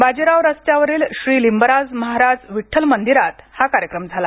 बाजीराव रस्त्यावरील श्री लिम्बराज महाराज विठ्ठल मंदिरातहा कार्यक्रम झाला